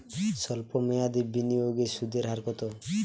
সল্প মেয়াদি বিনিয়োগে সুদের হার কত?